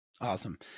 Awesome